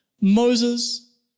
Moses